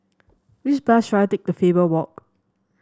which bus should I take to Faber Walk